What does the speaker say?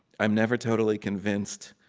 i'm never totally convinced,